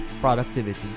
productivity